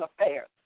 affairs